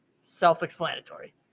self-explanatory